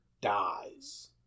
dies